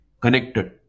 connected